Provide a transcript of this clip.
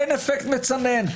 אין אפקט מצנן.